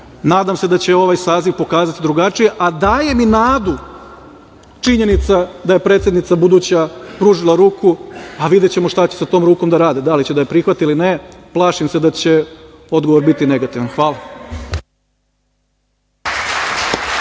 nadam se da će ovaj saziv pokazati drugačije, a daje mi nadu činjenica da je predsednica buduća pružila ruku, a videćemo šta će sa tom rukom da rade, da li će da je prihvate ili ne. Plašim se da će odgovor biti negativan. Hvala.